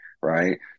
right